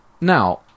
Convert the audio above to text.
Now